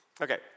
Okay